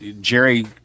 jerry